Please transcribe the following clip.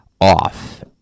off